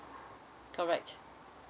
correct